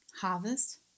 harvest